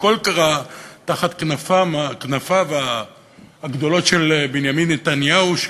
הכול קרה תחת כנפיו הגדולות של בנימין נתניהו,